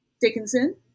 Dickinson